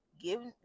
Give